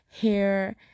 hair